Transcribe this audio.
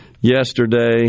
yesterday